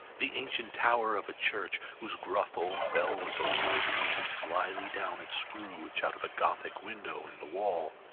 the ancient tower of a church, whose gruff old bell was always peeping slily down at scrooge out of a gothic window in the wall,